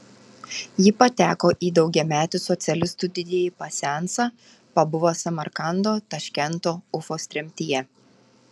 ji pateko į daugiametį socialistų didįjį pasiansą pabuvo samarkando taškento ufos tremtyje